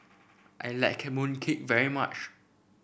I like mooncake very much